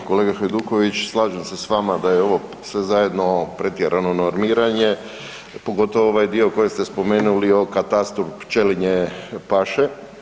Poštovani kolega Hajduković, slažem se s vama da je ovo sve zajedno pretjerano normiranje, pogotovo ovaj dio koji ste spomenuli o katastru pčelinje paše.